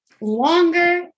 Longer